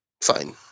fine